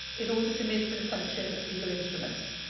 in order to make them function as legal instruments,